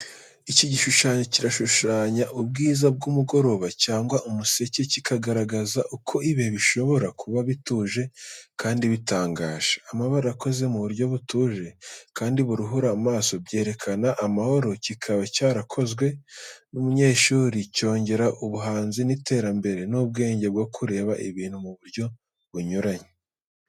Iki gishushsnyo kirashushanya ubwiza bw’umugoroba cyangwa umuseke, kikagaragaza uko ibihe bishobora kuba bituje kandi bitangaje. Amabara akoze mu buryo butuje kandi buruhura amaso byerekana amahoro kikaba cyarakozwe n'umunyeshuri cyongera ubuhanzi n’iterambere ry’ubwenge bwo kureba ibintu mu buryo bunyuranye.